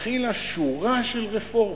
התחילה שורה של רפורמות.